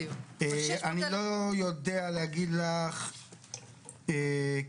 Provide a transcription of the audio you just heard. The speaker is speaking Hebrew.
אני לא יודע להגיד לך כמה,